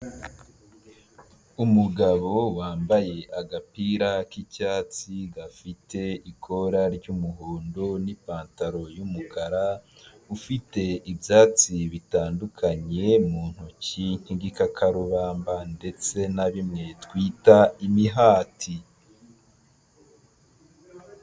Umugabo wambaye agapira k'icyatsi gafite ikorara ry'umuhondo n'ipantaro y'umukara ufite ibyatsi bitandukanye mu ntoki nk'igikakarubamba ndetse na bimwe twita imihati.